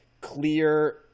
clear